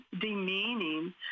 demeaning